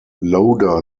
loder